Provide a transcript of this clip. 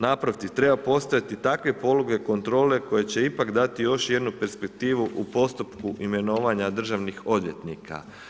Naprotiv, treba postojati takve poluge kontrole koje će ipak dati još jednu perspektivu u postupku imenovanja državnih odvjetnika.